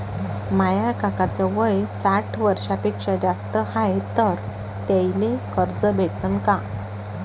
माया काकाच वय साठ वर्षांपेक्षा जास्त हाय तर त्याइले कर्ज भेटन का?